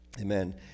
Amen